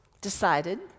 decided